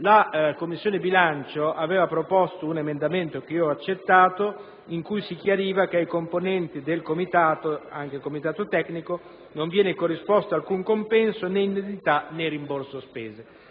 la Commissione bilancio aveva proposto un emendamento, da me accettato, in cui si chiariva che ai componenti del comitato (anche di quello tecnico) non viene corrisposto alcun compenso, né indennità, né rimborso spese.